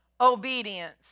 obedience